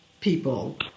people